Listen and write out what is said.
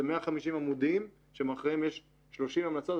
זה 150 עמודים שמאחוריהם יש 30 המלצות.